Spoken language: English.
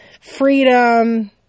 freedom